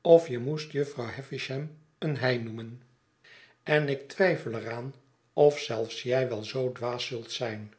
of je moest jufvrouw havisham een hij noemen en ik twijfel er aan of zelfs jij wel zoo dwaas zult zijn